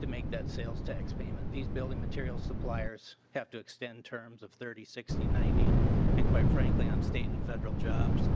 to make that sales tax payment. these building material suppliers have to extend terms of thirty sixty ninety and quite frankly on state and federal jobs